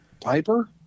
Piper